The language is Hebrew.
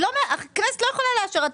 הכנסת לא יכולה לאשר,